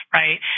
right